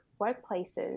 workplaces